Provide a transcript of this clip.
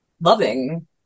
loving